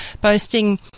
boasting